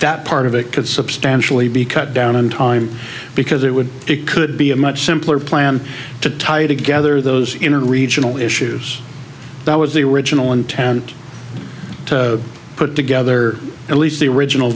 that part of it could substantially be cut down on time because it would it could be a much simpler plan to tie together those inner regional issues that was the original intent to put together at least the original